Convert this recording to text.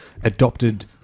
adopted